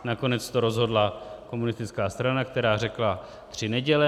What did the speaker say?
Nakonec to rozhodla komunistická strana, která řekla tři neděle.